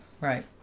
right